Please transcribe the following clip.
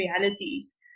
realities